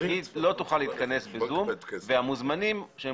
היא לא תוכל להתכנס ב-זום והמוזמנים שהם